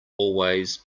always